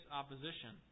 opposition